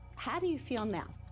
how do you feel now?